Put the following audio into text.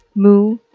Moo